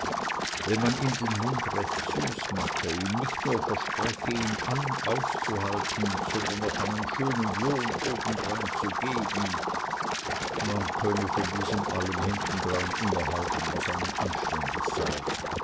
wenn man ihm den mund recht süß mache ihm nicht nur verspreche ihn in allem auszuhalten sondern noch einen schönen lohn obendrein zu geben man könne von diesem allem hintendrein immer halten was einem anständig sei